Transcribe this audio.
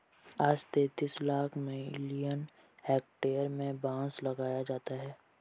आज तैंतीस lakh million hectare में बांस लगाया जाता है